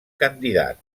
candidat